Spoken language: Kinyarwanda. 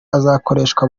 azakoreshwa